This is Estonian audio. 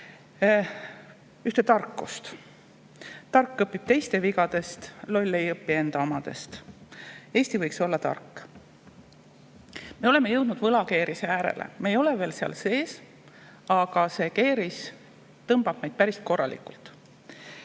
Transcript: ühte tarkust: tark õpib teiste vigadest, loll ei õpi ka enda omadest. Eesti võiks olla tark. Me oleme jõudnud võlakeerise äärele, me ei ole veel seal sees, aga see keeris tõmbab meid päris korralikult.